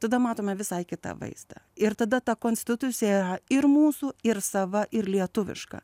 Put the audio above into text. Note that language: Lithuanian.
tada matome visai kitą vaizdą ir tada ta konstitucija yra ir mūsų ir sava ir lietuviška